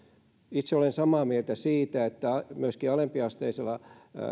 itse olen samaa mieltä siitä että myöskin alempiasteisella